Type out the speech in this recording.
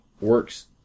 works